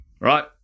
right